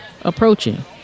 approaching